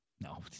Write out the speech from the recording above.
No